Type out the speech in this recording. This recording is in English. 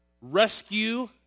rescue